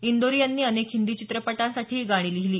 इंदौरी यांनी अनेक हिंदी चित्रपटांसाठीही गाणी लिहिली